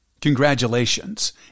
Congratulations